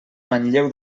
manlleu